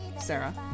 Sarah